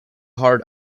hard